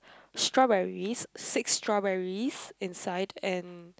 strawberries six strawberries inside and